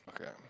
Okay